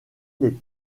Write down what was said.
les